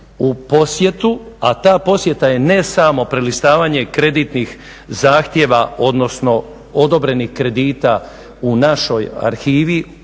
u posjetu, a ta posjeta je ne samo prelistavanje kreditnih zahtjeva odnosno odobrenih kredita u našoj arhivi,